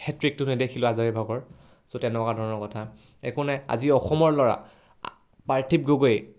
হেত্ৰিকটো নেদখিলো আজাৰে ভাগৰ চ' তেনেকুৱা ধৰণৰ কথা একো নাই আজি অসমৰ ল'ৰা পাৰ্থিৱ গগৈয়ে